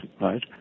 right